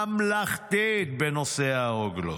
ממלכתית, בנושא הרוגלות.